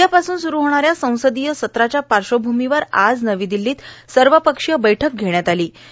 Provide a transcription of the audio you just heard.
उदयापासून सूरू होणा या संसदीय सत्राच्या पार्श्वभूमीवर आज नवी दिल्ली इथं सर्वपक्षीय बैठक बोलावण्यात आली होती